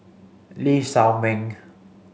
Lee Shao Meng